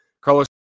Carlos